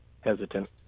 hesitant